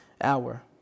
hour